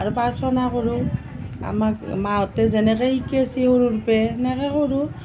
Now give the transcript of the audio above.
আৰু প্ৰাৰ্থনা কৰোঁ আমাক মাহঁতে যেনেকৈ শিকাইছে সৰুৰ পৰাই তেনেকৈ কৰোঁ